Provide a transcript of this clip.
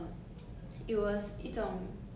but playground in a 公园 kind